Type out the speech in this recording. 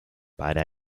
para